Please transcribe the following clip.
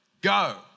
go